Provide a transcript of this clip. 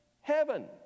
heaven